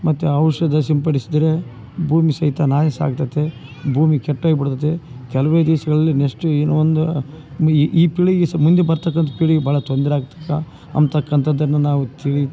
ಮತ್ತು ಔಷಧ ಸಿಂಪಡಿಸಿದರೆ ಭೂಮಿ ಸಹಿತಾ ನಾಶ ಆಗ್ತೈತೆ ಭೂಮಿ ಕೆಟ್ಟೋಗಿಬಿಡ್ತತೆ ಕೆಲವೇ ದಿವ್ಸಗಳಲ್ಲಿ ನೆಕ್ಸ್ಟು ಇನೊಂದು ಈ ಪೀಳ್ಗೆ ಸಹ ಮುಂದೆ ಬರ್ತಕ್ಕಂಥ ಪೀಳಿಗೆ ಭಾಳ ತೊಂದರೆ ಆಗ್ತೈತೆ ಅಂಬ್ತಕ್ಕಂಥದನ್ನು ನಾವು ತಿಳಿ